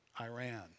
Iran